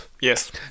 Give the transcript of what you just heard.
Yes